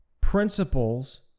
principles